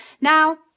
Now